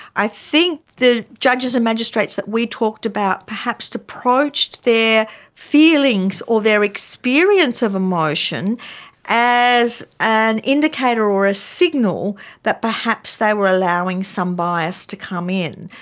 i think the judges and magistrates that we talked about perhaps approached their feelings or their experience of emotion as an indicator or a signal that perhaps they were allowing some bias to come in,